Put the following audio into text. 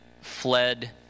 fled